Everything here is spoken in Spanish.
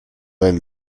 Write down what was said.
del